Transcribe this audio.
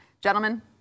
gentlemen